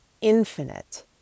infinite